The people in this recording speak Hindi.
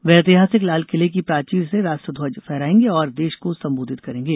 वे ऐतिहासिक लाल किले की प्राचीर से राष्ट्रध्वज फहराएंगे और देश को संबोधित करेंगे